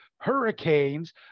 hurricanes